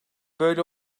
böyle